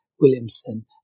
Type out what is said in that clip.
Williamson